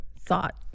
thought